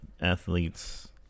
athletes